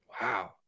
Wow